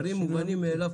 גם דברים מובנים מאליו,